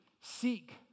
seek